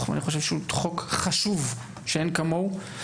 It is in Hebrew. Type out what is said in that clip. ואני חושב שהוא חוק חשוב שאין כמוהו.